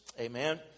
Amen